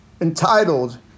entitled